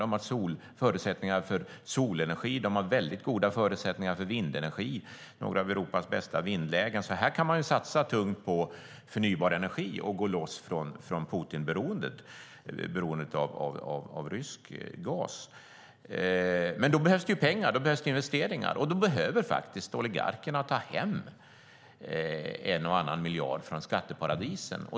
De har förutsättningar för solenergi, och de har väldigt goda förutsättningar för vindenergi med några av Europas bästa vindlägen. Här kan man alltså satsa tungt på förnybar energi och komma loss från Putinberoendet, beroendet av rysk gas. Men då behövs det pengar. Det behövs investeringar. Då behöver oligarkerna ta hem en och annan miljard från skatteparadisen.